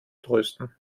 trösten